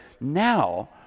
now